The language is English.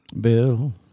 Bill